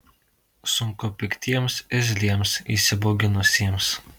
sunku piktiems irzliems įsibauginusiems